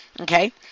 Okay